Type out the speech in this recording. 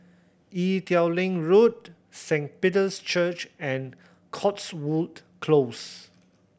Ee Teow Leng Road Saint Peter's Church and Cotswold Close